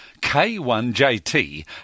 K1JT